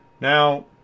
Now